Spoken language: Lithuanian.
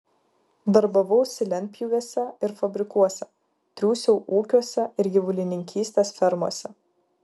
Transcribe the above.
darbavausi lentpjūvėse ir fabrikuose triūsiau ūkiuose ir gyvulininkystės fermose